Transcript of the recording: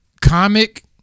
comic